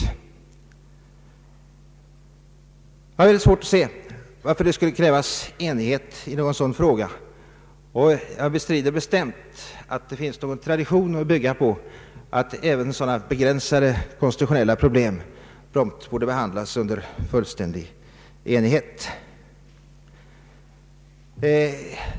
Jag har svårt att se varför det skulle krävas enighet i en sådan fråga. Jag bestrider bestämt att det finns någon tradition att bygga på när det sägs att även sådana begränsade konstitutionella problem prompt bör behandlas i fullständig enighet.